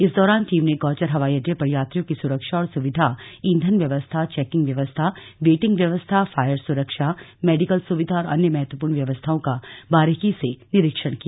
इस दौरान टीम ने गौचर हवाई अड्डे पर यात्रियों की सुरक्षा और सुविधा ईंधन व्यवस्था चेकिंग व्यवस्था वेटिंग व्यवस्था फायर सुरक्षा मेडिकल सुविधा और अन्य महत्वपूर्ण व्यवस्थाओं का बारीकी से निरीक्षण किया